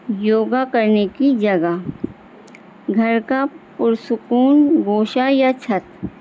یوگا کرنے کی جگہ گھر کا پرسکون گوشا یا چھت